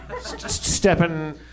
Stepping